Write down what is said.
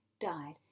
died